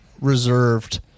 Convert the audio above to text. reserved